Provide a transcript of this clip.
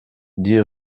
dix